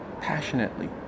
passionately